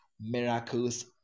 miracles